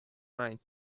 mind